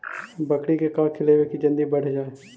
बकरी के का खिलैबै कि जल्दी बढ़ जाए?